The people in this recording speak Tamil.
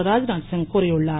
ராத்நாத் சிங் கூறியுள்ளார்